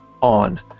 on